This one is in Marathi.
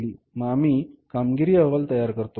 मग आम्ही कामगिरी अहवाल तयार करतो